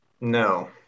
No